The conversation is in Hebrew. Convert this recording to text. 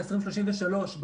ב-2033,